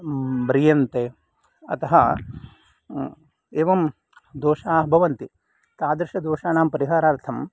म्रियन्ते अतः एवं दोषाः भवन्ति तादृश दोषाणां परिहारार्थं